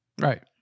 Right